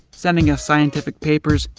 sending us scientific papers,